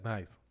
Nice